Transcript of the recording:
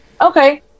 Okay